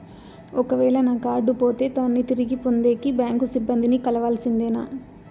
ఒక వేల నా కార్డు పోతే దాన్ని తిరిగి పొందేకి, బ్యాంకు సిబ్బంది ని కలవాల్సిందేనా?